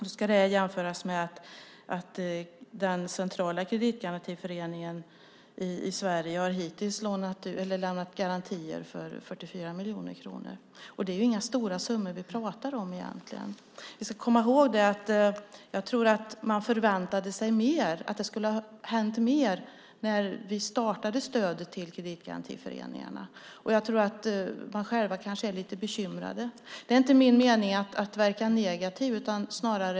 Det ska jämföras med att den centrala kreditgarantiföreningen i Sverige hittills har lämnat garantier för 44 miljoner kronor. Egentligen är det inga stora summor vi pratar om. Jag tror att man när vi startade med stödet till kreditgarantiföreningarna förväntade sig att mer skulle hända. De själva är kanske lite bekymrade. Det är inte meningen att verka negativ.